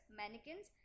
mannequins